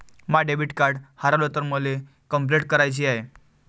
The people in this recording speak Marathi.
माय डेबिट कार्ड हारवल तर मले कंपलेंट कराची हाय